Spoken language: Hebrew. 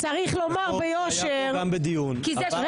החוק היה פה גם בדיון, עבר לוועדה המשותפת.